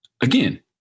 again